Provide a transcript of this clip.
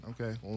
Okay